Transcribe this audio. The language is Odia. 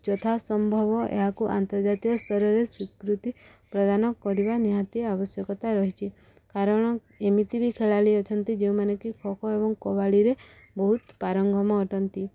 ଯଥାସମ୍ଭବ ଏହାକୁ ଆନ୍ତର୍ଜାତୀୟସ୍ତରରେ ସ୍ୱୀକୃତି ପ୍ରଦାନ କରିବା ନିହାତି ଆବଶ୍ୟକତା ରହିଛି କାରଣ ଏମିତି ବି ଖେଳାଳି ଅଛନ୍ତି ଯେଉଁମାନେ କି ଖୋଖୋ ଏବଂ କବାଡ଼ିରେ ବହୁତ ପାରଙ୍ଗମ ଅଟନ୍ତି